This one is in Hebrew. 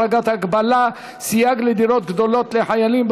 פטור לחייל בודד בדירת שותפים),